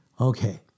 Okay